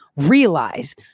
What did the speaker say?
realize